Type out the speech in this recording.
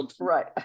Right